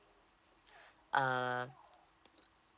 uh